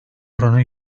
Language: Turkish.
oranı